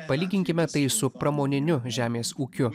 palyginkime tai su pramoniniu žemės ūkiu